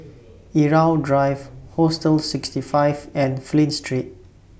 Irau Drive Hostel sixty five and Flint Street